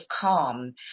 calm